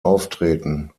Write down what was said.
auftreten